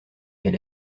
est